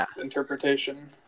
interpretation